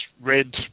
red